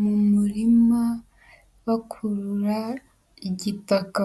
mu murima, bakurura igitaka.